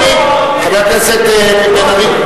מספיק, חבר הכנסת בן-ארי.